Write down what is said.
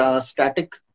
static